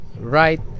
right